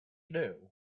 knew